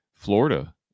Florida